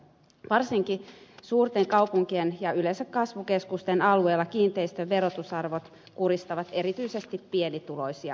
varsinkin suurten kaupunkien ja yleensä kasvukeskusten alueella kiinteistön verotusarvot kuristavat erityisesti pienituloisia